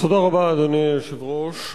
תודה רבה, אדוני היושב-ראש.